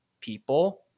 people